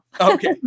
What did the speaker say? Okay